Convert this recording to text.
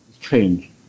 change